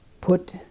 put